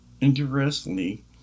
Interestingly